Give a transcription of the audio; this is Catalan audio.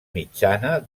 mitjana